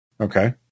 Okay